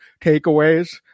takeaways